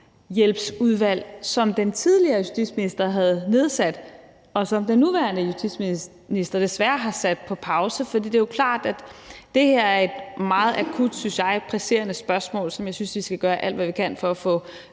retshjælpsudvalg, som den tidligere justitsminister havde nedsat, og som den nuværende justitsminister desværre har sat på pause, for det jo klart, at det her er et meget akut, synes jeg, og presserende spørgsmål, som jeg synes vi skal gøre alt hvad vi kan for at få